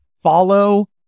Follow